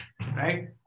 right